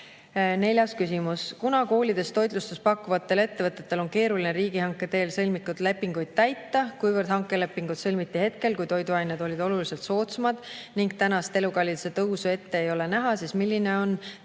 Neljas küsimus: "Kuna koolides toitlustust pakkuvatel ettevõtetel on keeruline riigihanke teel sõlmitud lepinguid täita, kuivõrd hankelepingud sõlmiti hetkel, kui toiduained olid oluliselt soodsamad ning tänast elukalliduse tõusu ette ei olnud näha, siis milline on